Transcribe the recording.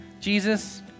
Jesus